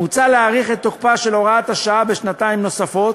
מוצע להאריך את תוקפה של הוראת השעה בשנתיים נוספות,